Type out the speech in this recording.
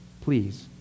Please